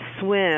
swim